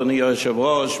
אדוני היושב-ראש,